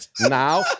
now